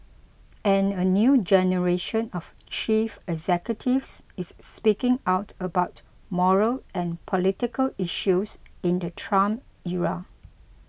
and a new generation of chief executives is speaking out about moral and political issues in the Trump era